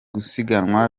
gusiganwa